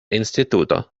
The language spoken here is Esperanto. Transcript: instituto